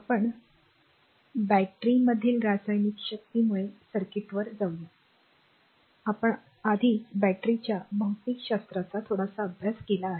आपण बॅटरीमधील रासायनिक शक्तींमुळे सर्किटवरुन जाऊ बॅटरीच्या भौतिकशास्त्राचा थोडासा अभ्यास केला आहे